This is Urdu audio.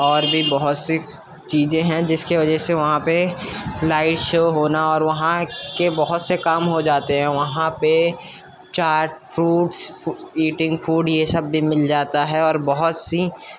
اور بھی بہت سی چیزیں ہیں جس کے وجہ سے وہاں پہ لائٹ شو ہونا اور وہاں کے بہت سے کام ہو جاتے ہیں وہاں پہ چاٹ فروٹس ایٹنگ فوڈ یہ سب بھی مل جاتا ہے اور بہت سی